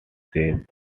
save